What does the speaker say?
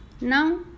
Now